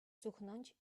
cuchnąć